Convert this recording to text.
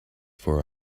for